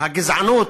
שהגזענות